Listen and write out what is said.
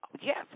yes